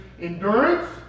endurance